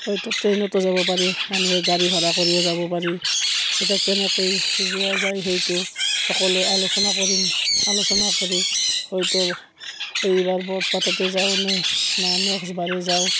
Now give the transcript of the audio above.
হয়তো ট্ৰেইনতো যাব পাৰি মানুহে গাড়ী ভাড়া কৰিও যাব পাৰি এতিয়া কেনেকৈ যোৱা যায় সেইটো সকলোৱে আলোচনা কৰিম আলোচনা কৰি হয়তো এইবাৰ বৰপেটাতো যাওঁ নে নাই নেক্সটবাৰে যাওঁ